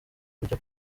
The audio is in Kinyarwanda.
kujya